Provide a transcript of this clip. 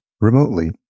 remotely